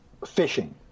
phishing